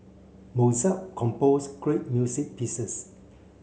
Mozart composed great music pieces